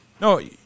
No